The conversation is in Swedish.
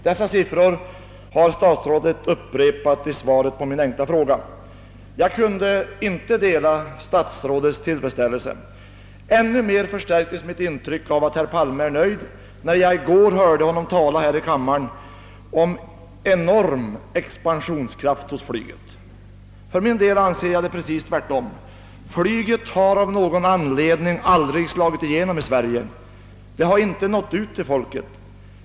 Dessa siffror har statsrådet upprepat i sitt svar på min enkla fråga. Jag kunde inte dela statsrådets tillfredsställelse. ännu mer förstärktes mitt intryck av att statsrådet Palme är nöjd när jag i går hörde honom tala om »enorm expansionskraft» inom flyget. För min del har jag en alldeles motsatt uppfattning. Flyget har av någon anledning aldrig slagit igenom i Sverige — det har inte nått ut till folket.